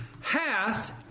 hath